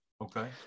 okay